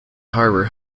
harbour